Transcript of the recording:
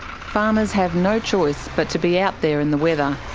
farmers have no choice but to be out there in the weather.